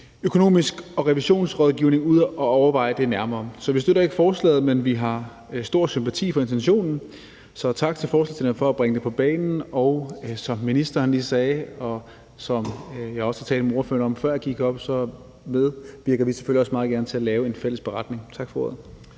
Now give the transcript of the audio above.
økonomi og revision uden at overveje det nærmere. Så vi støtter ikke forslaget, men vi har stor sympati for intentionen. Så tak til forslagsstillerne for at bringe det på banen. Som ministeren lige sagde, og som jeg også har talt med ordførererne om, før jeg gik herop, så medvirker vi selvfølgelig også meget gerne til at lave en fælles beretning. Tak for ordet.